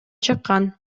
чыккан